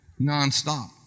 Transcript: nonstop